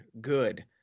good